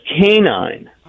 canine